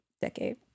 Decade